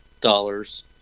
dollars